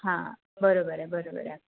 हां बरोबर आहे बरोबर आहे